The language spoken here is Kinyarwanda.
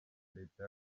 leta